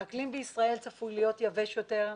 האקלים בישראל צפוי להיות יבש יותר,